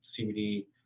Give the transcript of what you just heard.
CBD